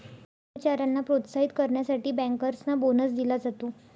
कर्मचाऱ्यांना प्रोत्साहित करण्यासाठी बँकर्सना बोनस दिला जातो